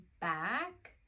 back